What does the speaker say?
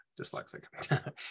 dyslexic